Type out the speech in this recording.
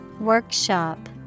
Workshop